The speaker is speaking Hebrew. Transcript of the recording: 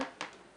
זה לא טוב לי.